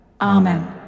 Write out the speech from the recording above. Amen